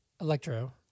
Electro